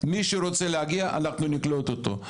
מי שרוצה להגיע אנחנו נקלוט אותו,